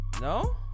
No